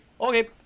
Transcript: Okay